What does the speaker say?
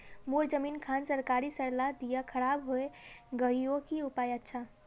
मोर जमीन खान सरकारी सरला दीया खराब है गहिये की उपाय अच्छा?